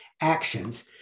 actions